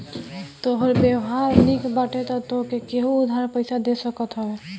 तोहार व्यवहार निक बाटे तअ तोहके केहु उधार पईसा दे सकत हवे